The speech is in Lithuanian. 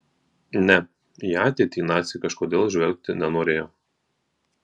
ne į ateitį naciai kažkodėl žvelgti nenorėjo